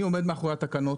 אני עומד מאחורי התקנות.